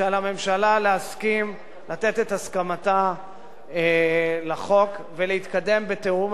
שעל הממשלה לתת את הסכמתה לחוק ולהתקדם בתיאום.